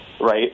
right